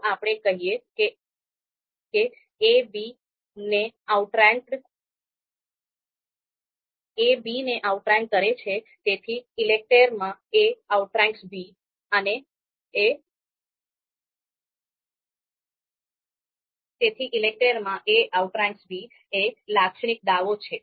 જો આપણે કહીએ કે a b ને આઉટરેન્ક કરે છે તેથી ઈલેકટેર માં a આઉટરેન્કસ b એ લાક્ષણિક દાવો છે